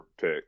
pick